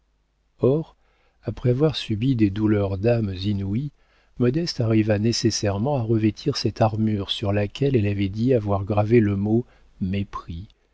or après avoir subi des douleurs d'âme inouïes modeste arriva nécessairement à revêtir cette armure sur laquelle elle avait dit avoir gravé le mot mépris